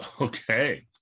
Okay